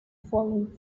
following